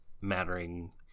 mattering